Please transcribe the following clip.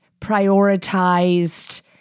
prioritized